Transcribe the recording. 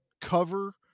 cover